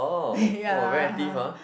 ya